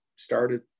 started